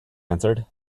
answered